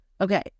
Okay